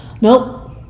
nope